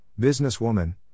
businesswoman